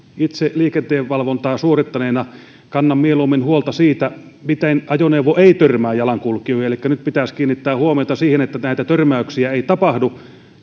itse liikenteenvalvontaa suorittaneena kannan mieluummin huolta siitä miten ajoneuvo ei törmää jalankulkijoihin elikkä nyt pitäisi kiinnittää huomiota siihen että näitä törmäyksiä ei tapahdu